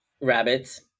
Rabbits